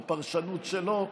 בפרשנות שלו.